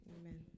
Amen